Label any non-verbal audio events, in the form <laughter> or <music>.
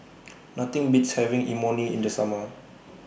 <noise> Nothing Beats having Imoni in The Summer